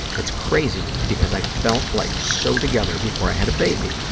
it's crazy because i felt like so together before i had a baby.